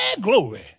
glory